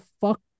fuck